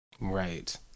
Right